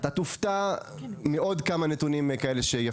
אתה תופתע מעוד כמה נתונים כאלה.